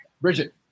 Bridget